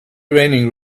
raining